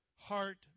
heart